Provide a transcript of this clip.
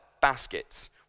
baskets